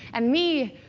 and me?